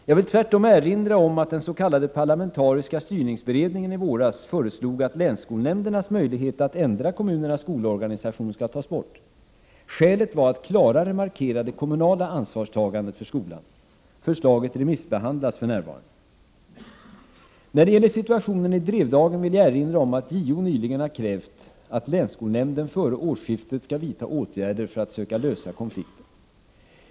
Jag vill tvärtom erinra om att den s.k. parlamentariska styrningsberedningen i våras föreslog att länsskolnämndernas möjlighet att ändra kommunernas skolorganisation skall tas bort. Skälet var att klarare markera det kommunala ansvarstagandet för skolan. Förslaget remissbehandlas för närvarande. När det gäller situationen i Drevdagen vill jag erinra om att JO nyligen har krävt att länsskolnämnden före årsskiftet skall vidta åtgärder för att söka lösa konflikten.